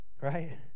Right